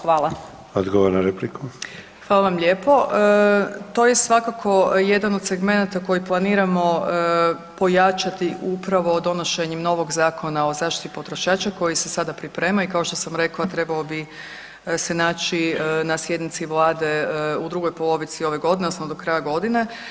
Hvala vam lijepo, to je svakako jedan od segmenata koji planiramo pojačati upravo donošenjem novog Zakona o zaštiti potrošača koji se sada priprema i kao što sam rekla trebao bi se naći na sjednici Vlade u drugoj polovici ove godine odnosno do kraja godine.